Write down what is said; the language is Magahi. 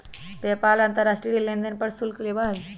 पेपाल अंतर्राष्ट्रीय लेनदेन पर कुछ शुल्क लेबा हई